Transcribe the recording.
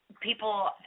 people